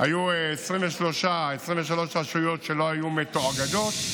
היו 23 רשויות שלא היו מתואגדות,